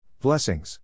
Blessings